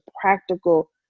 practical